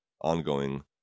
ongoing